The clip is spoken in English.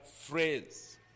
phrase